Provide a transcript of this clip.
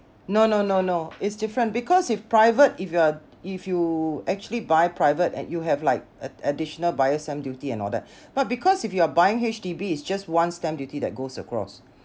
no no no no it's different because if private if you're if you actually buy private and you have like an additional buyer's stamp duty and all that but because if you are buying H_D_B it's just one stamp duty that goes across